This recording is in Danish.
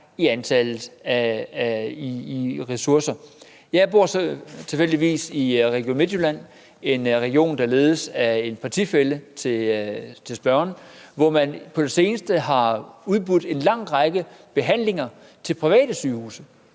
der er for ressourcerne. Jeg bor selv tilfældigvis i Region Midtjylland, som er en region, der ledes af en partifælle til spørgeren, og hvor man på det seneste har udbudt en lang række behandlinger til private sygehuse,